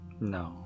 No